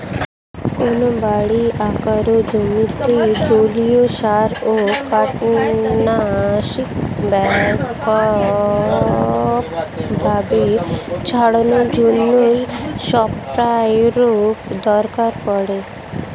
যেকোনো বড় আকারের জমিতে জলীয় সার ও কীটনাশক ব্যাপকভাবে ছড়ানোর জন্য স্প্রেয়ারের দরকার পড়ে